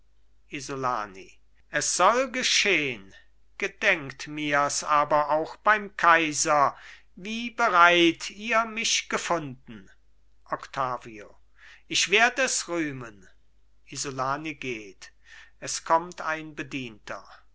isolani es soll geschehn gedenkt mirs aber auch beim kaiser wie bereit ihr mich gefunden octavio ich werd es rühmen isolani geht es kommt ein bedienter